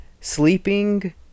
sleeping